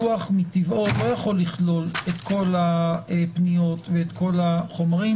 דוח מטבעו לא יכול לכלול את כל הפניות ואת כל החומרים.